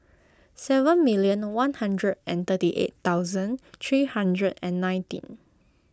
seven million one hundred and thirty eight thousand three hundred and nineteen